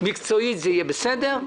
שמקצועית זה יהיה בסדר,